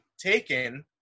taken